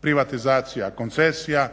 privatizacija, koncesija